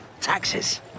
Taxes